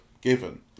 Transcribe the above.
given